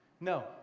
No